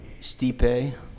Stipe